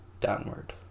downward